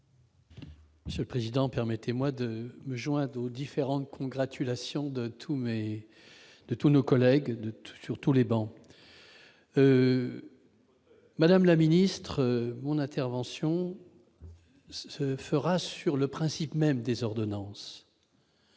Monsieur le président, permettez-moi de me joindre aux différentes congratulations exprimées par tous nos collègues sur l'ensemble des travées. Madame la ministre, mon intervention se fera sur le principe même des ordonnances.